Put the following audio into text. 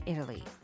Italy